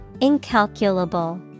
Incalculable